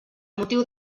motiu